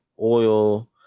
oil